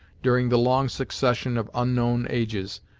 during the long succession of unknown ages,